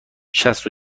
شصت